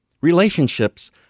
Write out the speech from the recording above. Relationships